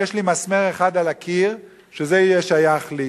יש לי מסמר אחד על הקיר וזה יהיה שייך לי.